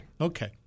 Okay